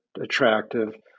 attractive